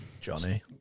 Johnny